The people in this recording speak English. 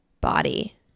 body